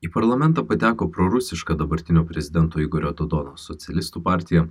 į parlamentą pateko prorusiška dabartinio prezidento igorio dodono socialistų partija